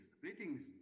greetings